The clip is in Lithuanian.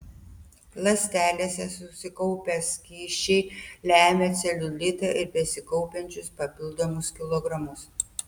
ląstelėse susikaupę skysčiai lemia celiulitą ir besikaupiančius papildomus kilogramus